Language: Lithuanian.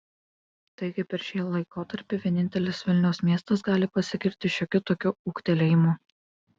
taigi per šį laikotarpį vienintelis vilniaus miestas gali pasigirti šiokiu tokiu ūgtelėjimu